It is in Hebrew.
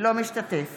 אינו משתתף